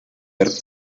ver